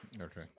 Okay